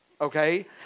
Okay